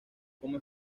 como